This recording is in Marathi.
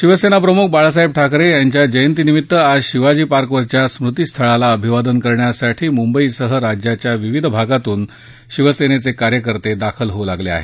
शिवसेना प्रमुख बाळासाहेब ठाकरे यांच्या जयंतीनिमित्त आज शिवाजी पार्कवरच्या स्मृती स्थळाला अभिवादन करण्यासाठी मुंबईसह राज्याच्या विविध भागातून शिवसेनेचे कार्यकर्ते दाखल होऊ लागले आहेत